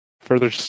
Further